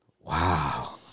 Wow